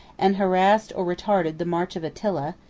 and harassed or retarded the march of attila,